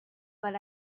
but